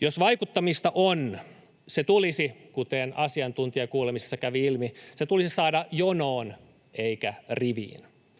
Jos vaikuttamista on, se tulisi — kuten asiantuntijakuulemisessa kävi ilmi — saada jonoon eikä riviin.